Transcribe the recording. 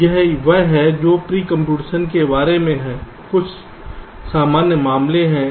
यह वह है जो प्री कंप्यूटेशन के बारे में है कुछ सामान्य मामले हैं